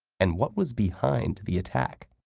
and what was behind the attack?